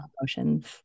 emotions